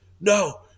no